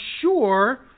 sure